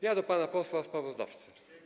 Ja do pana posła sprawozdawcy.